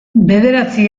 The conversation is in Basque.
bederatzi